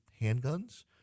handguns